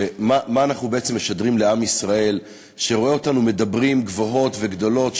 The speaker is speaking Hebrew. ומה אנחנו בעצם משדרים לעם ישראל שרואה אותנו מדברים גבוהות וגדולות,